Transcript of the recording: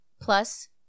plus